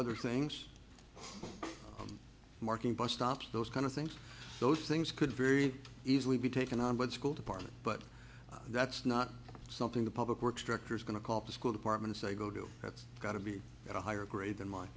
other things marking bus stops those kind of things those things could very easily be taken on by the school department but that's not something the public works director is going to call the school department say go do that's got to be at a higher grade than mine